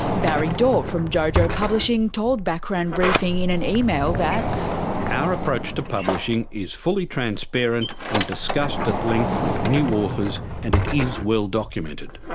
barry dorr from jojo publishing told background briefing in an email that reading our approach to publishing is fully transparent and discussed at length with new authors and it is well documented.